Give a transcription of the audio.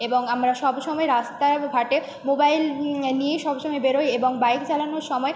এবং আমরা সব সময় রাস্তাঘাটে মোবাইল নিই নিয়েই সব সময় বেরোই এবং বাইক চালানোর সময়